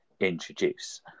introduce